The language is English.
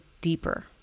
deeper